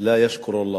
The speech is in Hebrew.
לַא יַשְכֻּר אללה,